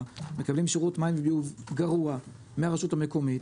מקבלים שירות מים וביוב גרוע מהרשות המקומית,